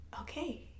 okay